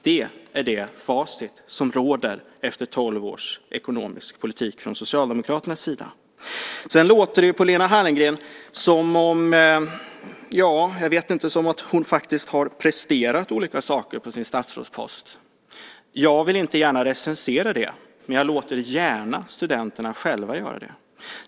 Det är facit efter tolv års ekonomisk politik från Socialdemokraternas sida. Det låter på Lena Hallengren som om hon faktiskt har presterat olika saker på sin statsrådspost. Jag vill inte gärna recensera det, men jag låter gärna studenterna själva göra det.